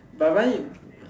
but why